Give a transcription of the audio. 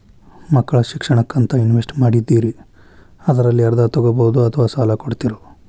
ಮಕ್ಕಳ ಶಿಕ್ಷಣಕ್ಕಂತ ಇನ್ವೆಸ್ಟ್ ಮಾಡಿದ್ದಿರಿ ಅದರಲ್ಲಿ ಅರ್ಧ ತೊಗೋಬಹುದೊ ಅಥವಾ ಸಾಲ ಕೊಡ್ತೇರೊ?